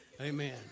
Amen